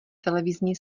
televizní